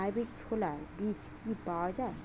Hybrid ছোলার বীজ কি পাওয়া য়ায়?